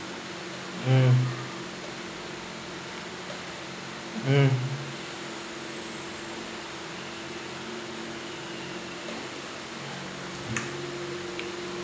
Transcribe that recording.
mm mm